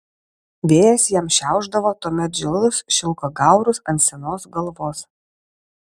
vėjas jam šiaušdavo tuomet žilus šilko gaurus ant senos galvos